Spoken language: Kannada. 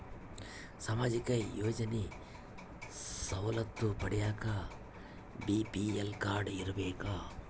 ಸಾಮಾಜಿಕ ಯೋಜನೆ ಸವಲತ್ತು ಪಡಿಯಾಕ ಬಿ.ಪಿ.ಎಲ್ ಕಾಡ್೯ ಇರಬೇಕಾ?